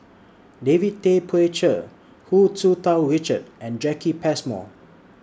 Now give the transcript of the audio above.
David Tay Poey Cher Hu Tsu Tau Richard and Jacki Passmore